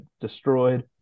destroyed